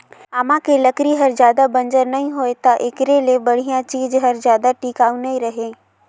आमा के लकरी हर जादा बंजर नइ होय त एखरे ले बड़िहा चीज हर जादा टिकाऊ नइ रहें